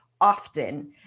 often